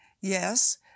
Yes